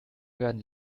werden